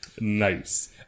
Nice